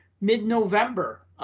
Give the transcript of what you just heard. mid-November